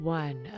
one